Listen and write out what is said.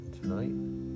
tonight